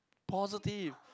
positive